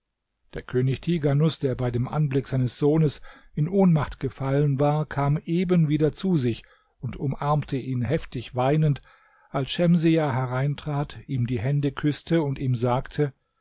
der könig tighanus der bei dem anblick seines sohnes in ohnmacht gefallen war kam eben wieder zu sich und umarmte ihn heftig weinend als schemsiah hereintrat ihm die hände küßte und ihm sagte